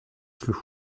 floue